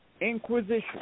inquisition